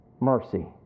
mercy